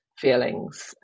feelings